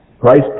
Christ